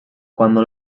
cuando